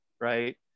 right